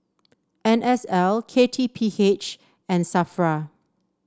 N S L K T P H and Safra